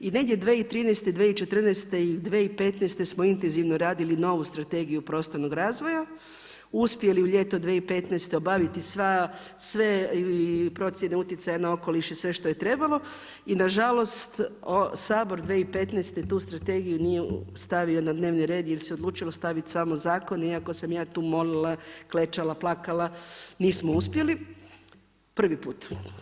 I negdje 2013., 2014. i 2015. smo intenzivno radili novu strategiju prostornog razvoja, uspjeli u ljeto 2015. obaviti sve i procjene utjecaja na okoliš i sve što je trebalo i nažalost Sabor 2015. tu Strategiju nije stavio na dnevni red jer se odlučilo staviti samo zakon iako sam ja tu molila, klečala, plakala, nismo uspjeli, prvi put.